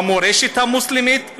המורשת המוסלמית?